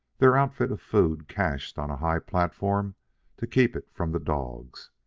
their outfit of food cached on a high platform to keep it from the dogs,